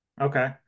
okay